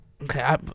Okay